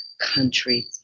country